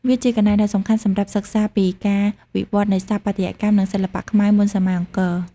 វាជាកន្លែងដ៏សំខាន់សម្រាប់សិក្សាពីការវិវឌ្ឍនៃស្ថាបត្យកម្ម និងសិល្បៈខ្មែរមុនសម័យអង្គរ។